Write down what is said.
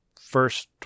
first